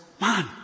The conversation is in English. man